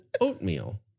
oatmeal